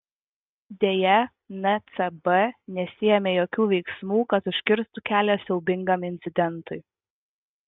deja ncb nesiėmė jokių veiksmų kad užkirstų kelią siaubingam incidentui